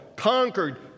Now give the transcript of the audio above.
Conquered